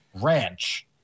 ranch